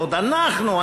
ועוד אנחנו,